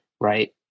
right